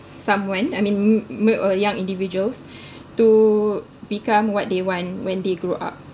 someone I mean make a young individuals to become what they want when they grow up